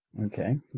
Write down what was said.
Okay